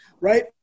right